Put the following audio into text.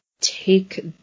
take